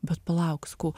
bet palauk sakau